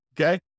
Okay